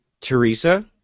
Teresa